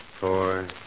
four